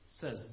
says